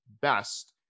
best